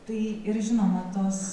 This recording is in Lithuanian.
tai ir žinoma tos